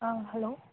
ఆ హలో